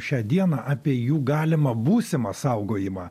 šią dieną apie jų galimą būsimą saugojimą